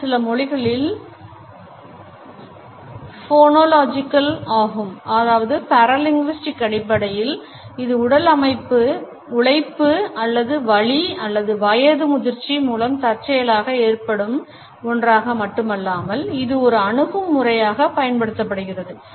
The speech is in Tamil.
இது சில மொழிகளில் ஃபோனாலஜிக்கல் ஆகும் ஆனால் paralinguistics அடிப்படையில் இது உடல் உழைப்பு அல்லது வலி அல்லது வயது முதிர்ச்சி மூலம் தற்செயலாக ஏற்படும் ஒன்றாக மட்டுமல்லாமல் இது ஒரு அணுகும் முறையாக பயன்படுத்தப்படுகிறது